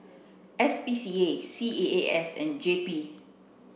S P C A C A A S and J P